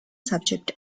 subject